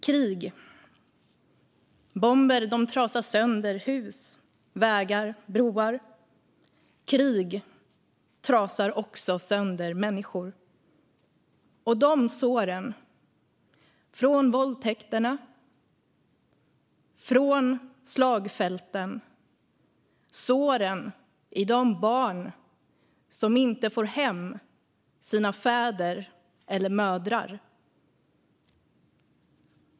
Krig är bomber som trasar sönder hus, vägar och broar. Krig trasar också sönder människor. De såren är från våldtäkterna och från slagfälten. De såren är i de barn som inte får hem sina fäder eller mödrar.